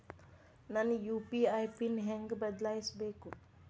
ನನ್ನ UPI PIN ಹೆಂಗ್ ಬದ್ಲಾಯಿಸ್ಬೇಕು?